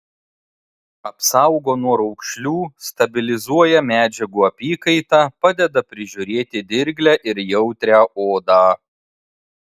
apsaugo nuo raukšlių stabilizuoja medžiagų apykaitą padeda prižiūrėti dirglią ir jautrią odą